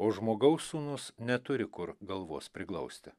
o žmogaus sūnus neturi kur galvos priglausti